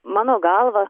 mano galva